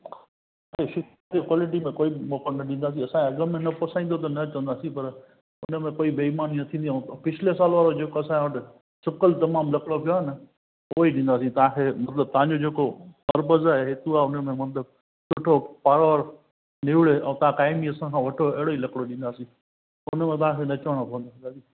quality में कोई मौको न ॾींदासी असांजे अघ में न पुसाईंदो त न चवंदासीं पर हुन में कोई बेईमानी न थींदी आहे ऐं पिछले साल वारो जेको असांजो अॼु सुकल तमामु लकिड़ो पियो आहे न उहो ई ॾींदासीं तव्हांखे मतिलबु तव्हांजो जेको अरबस आहे हेतो आहे हुनमें हुंद पाण वारो निवणे ऐं तव्हां काई बि असांखा वठो अहिड़ो ई लकिड़ो ॾींदासीं हुनमें तव्हांखे न चवणो पवंदो